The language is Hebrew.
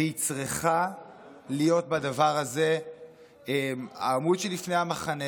והיא צריכה להיות בדבר הזה העמוד שלפני המחנה